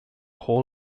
hall